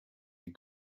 you